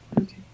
Okay